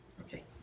Okay